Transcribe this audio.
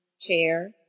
chair